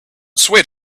swayed